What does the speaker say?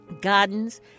Gardens